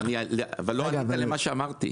אבל לא ענית למה שאמרתי.